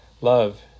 love